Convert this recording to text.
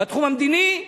בתחום המדיני,